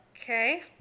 okay